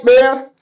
man